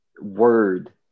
word